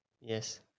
Yes